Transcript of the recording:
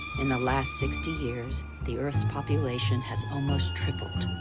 in the last sixty years, the earth's population has almost tripled.